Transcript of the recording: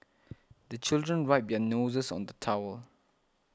the children wipe their noses on the towel